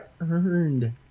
earned